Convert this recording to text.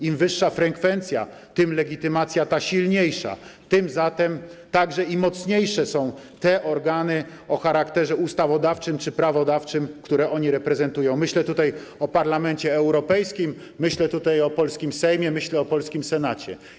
Im wyższa frekwencja, tym legitymacja ta jest silniejsza, tym mocniejsze są organy o charakterze ustawodawczym czy prawodawczym, które oni reprezentują, myślę tutaj o Parlamencie Europejskim, myślę o polskim Sejmie, myślę o polskim Senacie.